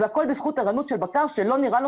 והכול בזכות ערנות של בקר שלא נראה לו